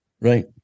Right